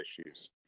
issues